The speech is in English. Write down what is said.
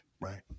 Right